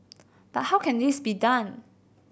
but how can this be done